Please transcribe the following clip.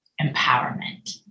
empowerment